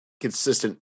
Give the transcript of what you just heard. consistent